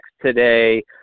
today